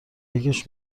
یکیش